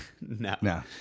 No